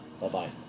Bye-bye